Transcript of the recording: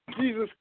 Jesus